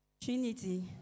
Trinity